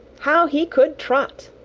how he could trot!